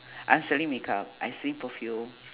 I'm selling make-up I sell perfume